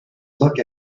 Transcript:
look